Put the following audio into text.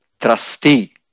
trustee